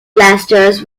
blasters